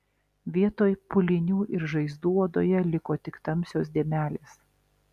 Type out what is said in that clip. vietoj pūlinių ir žaizdų odoje liko tik tamsios dėmelės